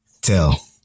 tell